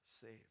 saved